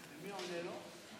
ומי עונה לו?